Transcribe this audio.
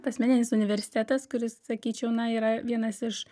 asmeninis universitetas kuris sakyčiau na yra vienas iš